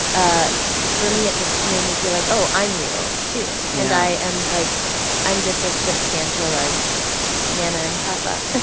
ah for me it just made me feel like, oh, i'm real, too yeah and i am, like i'm just as substantial as nana and papa ah